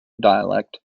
dialect